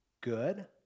good